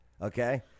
okay